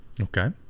Okay